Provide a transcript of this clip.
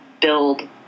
build